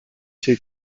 two